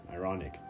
ironic